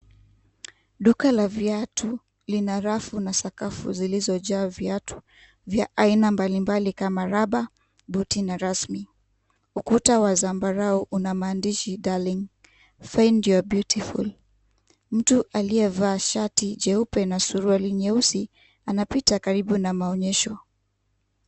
Duka la viatu lina rafu na sakafu zilizojaa viatu vya aina mbalimbali kama raba , buti na rasmi. Ukuta wa zambarau una maandishi, Darling find your beautiful . Mtu aliyevaa shati jeupe na suruali nyeusi, anapita karibu na maonyesho.